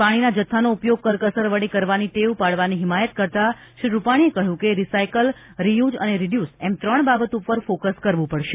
પાણીના જથ્થાનો ઉપયોગ કરકસર વડે કરવાની ટેવ પાડવાની હિમાયત કરતા શ્રી રૂપાણીએ કહ્યું હતું કે રીસાયકલ રીયુઝ અને રીડ્યુસ એમ ત્રણ બાબત ઉપર કોકસ કરવું પડશે